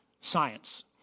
science